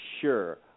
Sure